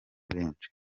benshi